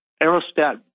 aerostat